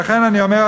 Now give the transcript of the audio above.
לכן אני אומר,